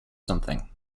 something